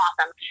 awesome